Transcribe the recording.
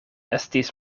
estis